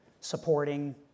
supporting